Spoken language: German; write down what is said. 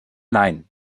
nein